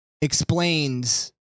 explains